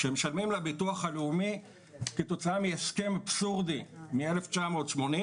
שמשלמים לביטוח הלאומי כתוצאה מהסכם אבסורדי מ-1980,